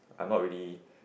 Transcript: I'm not really